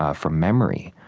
ah from memory.